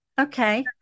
Okay